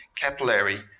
capillary